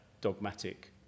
dogmatic